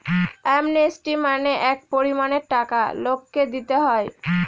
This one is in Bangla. অ্যামনেস্টি মানে এক পরিমানের টাকা লোককে দিতে হয়